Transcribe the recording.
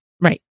Right